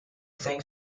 think